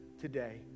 today